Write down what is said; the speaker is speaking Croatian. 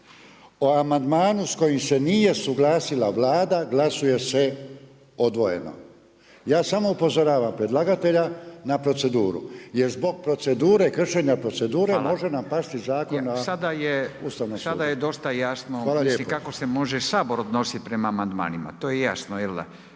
o amandmanu s kojim se nije suglasila Vlada glasuje se odvojeno. Ja samo upozoravam predlagatelja na proceduru, jer zbog procedure, kršenja procedure može nam pasti zakon na Ustavnom sudu. **Radin, Furio (Nezavisni)** Sada je dosta jasno, mislim kako se može Sabor odnositi prema amandmanima, to je jasno. Jel' da?